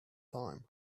time